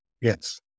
yes